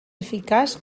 eficaç